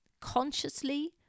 Consciously